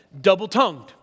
double-tongued